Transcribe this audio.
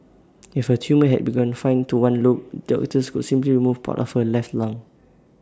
if her tumour had been confined to one lobe doctors could simply remove part of her left lung